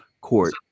court